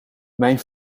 mijn